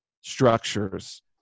structures